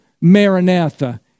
Maranatha